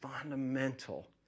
fundamental